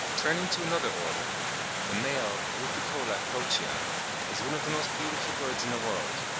turning to another order the male rupicola crocea is one of the most beautiful birds in the world,